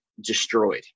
destroyed